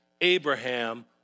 Abraham